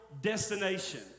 destination